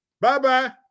Bye-bye